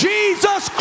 Jesus